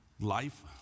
life